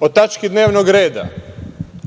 o tački dnevnog reda